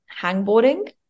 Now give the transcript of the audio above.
hangboarding